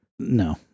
no